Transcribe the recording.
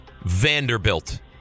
Vanderbilt